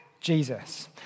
Jesus